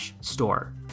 store